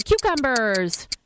cucumbers